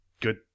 good